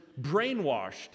brainwashed